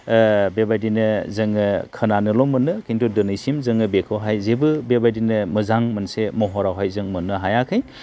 बेबादिनो जोङो खोनानोल' मोनो खिन्थु दिनैसिम जोङो बेखौहाय जेबो बेबायदिनो मोजां मोनसे महरावहाय जों मोननो हायाखै